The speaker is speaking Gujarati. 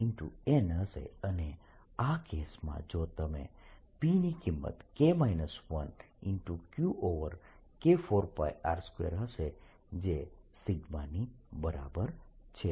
n હશે અને આ કેસમાં જો તમે P ની કિંમત QK 4R2 હશે જે ની બરાબર છે